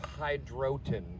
hydroton